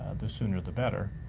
the sooner the better,